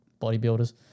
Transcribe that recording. bodybuilders